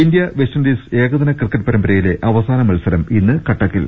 India West Indies ഏകദിന cricket പരമ്പരയിലെ അവസാന മത്സരം ഇന്ന് കട്ടക്കിൽ